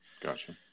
Gotcha